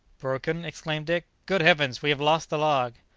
broken? exclaimed dick good heavens! we have lost the log!